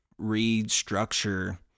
restructure